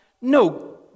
No